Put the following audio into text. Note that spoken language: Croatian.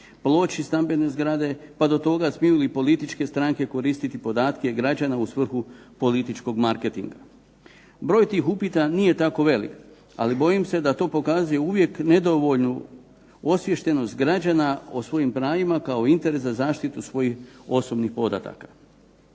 ploči stambene zgrade, pa do toga smiju li političke stranke koristiti podatke građana u svrhu političkog marketinga. Broj tih upita nije tako velik, ali bojim se da to pokazuje uvijek nedovoljnu osviještenost građana o svojim pravima, kao interes za zaštitu svojih osobnih podataka.